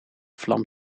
vlam